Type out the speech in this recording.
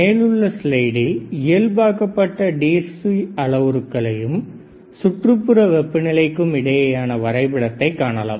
மேலுள்ள ஸ்லைடில் இயல்பாக்கப்பட்ட DC அளவுருக்களுக்கும் சுற்றுப்புற வெப்பநிலைக்கும் இடையேயான வரைபடத்தை காணலாம்